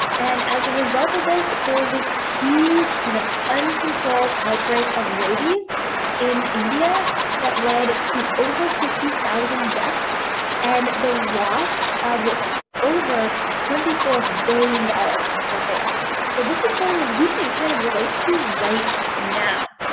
and as a result of this there's this huge kind of uncontrolled outbreak of rabies in india that led to over fifty thousand deaths and the loss of over twenty four billion dollars is what they estimate. so this is something that we can kind of relate to right now,